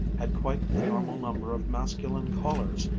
had quite the normal number of masculine callers,